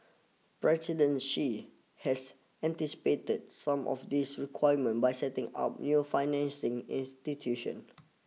President Xi has anticipated some of these requirement by setting up new financing institution